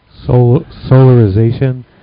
Solarization